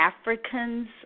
Africans